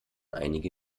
einige